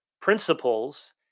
principles